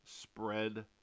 spread